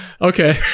Okay